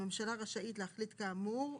הממשלה רשאית להחליט כאמור,